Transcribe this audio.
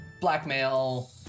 blackmail